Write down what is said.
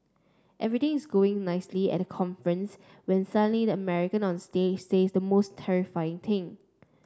everything is going nicely at the conference when suddenly the American on stage says the most terrifying thing